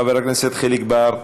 חבר הכנסת חיליק בר,